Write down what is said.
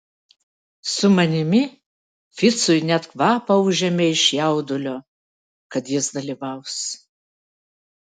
su manimi ficui net kvapą užėmė iš jaudulio kad jis dalyvaus